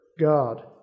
God